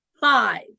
five